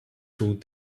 through